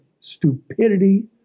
stupidity